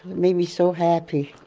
made me so happy.